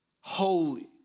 holy